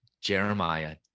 Jeremiah